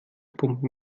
pumpen